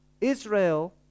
Israel